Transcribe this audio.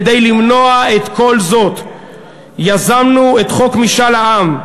כדי למנוע את כל זאת יזמנו את חוק משאל העם.